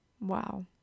Wow